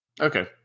Okay